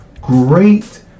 great